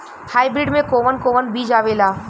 Hybrid में कोवन कोवन बीज आवेला?